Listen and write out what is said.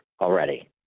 already